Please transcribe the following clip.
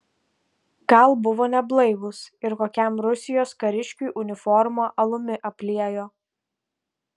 gal buvo neblaivūs ir kokiam rusijos kariškiui uniformą alumi apliejo